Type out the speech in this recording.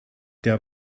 der